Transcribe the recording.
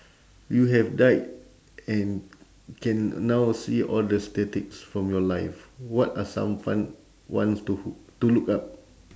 you have died and can now see all the statistics from your life what are some fun ones to h~ to look up